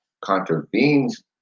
contravenes